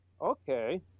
okay